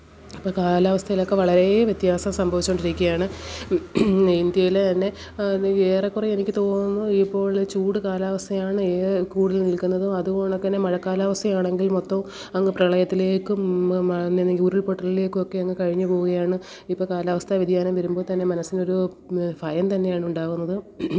അപ്പം കാലാവസ്ഥയിലൊക്കെ വളരേ വ്യത്യാസം സംഭവിച്ചു കൊണ്ടിരിക്കുകയാണ് ഇന്ത്യയിലെ തന്നെ ഏറെക്കുറെ എനിക്ക് തോന്നുന്നു ഇപ്പോൾ ചൂട് കാലാവസ്ഥയാണ് കൂടുതൽ നിൽക്കുന്നത് അതു കണക്ക് തന്നെ മഴക്കാലാവസ്ഥയാണെങ്കിൽൽ മൊത്തം അങ്ങ് പ്രളയത്തിലേക്കും ഉരുൾ പൊട്ടലിലേക്കുമൊക്കെ അങ്ങ് കഴിഞ്ഞു പോവുകയാണ് ഇപ്പം കാലാവസ്ഥ വ്യതിയാനം വരുമ്പോൾ തന്നെ മനസ്സിന് ഒരു ഭയം തന്നെയാണ് ഉണ്ടാകുന്നത്